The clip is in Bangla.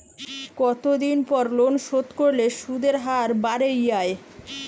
কতদিন পর লোন শোধ করলে সুদের হার বাড়ে য়ায়?